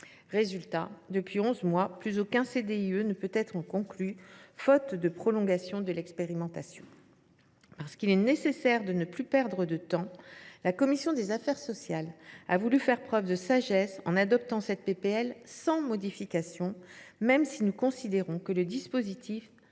Résultat, depuis onze mois, plus aucun CDIE ne peut être conclu, faute de prolongation de l’expérimentation. Parce qu’il est nécessaire de ne plus perdre de temps, la commission des affaires sociales a voulu faire preuve de sagesse en adoptant un texte sans modification, même si nous considérons que le dispositif